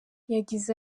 yagize